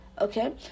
okay